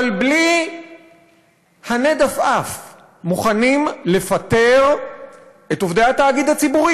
אבל בלי הנד עפעף מוכנים לפטר את עובדי התאגיד הציבורי